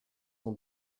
son